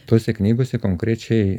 tose knygose konkrečiai